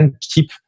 keep